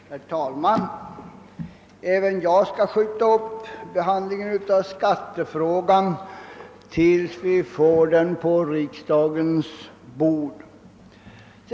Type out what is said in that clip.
Herr talman! Även jag skall skjuta upp behandlingen av skattefrågan tills vi får den på riksdagens bord.